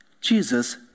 Jesus